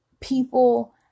people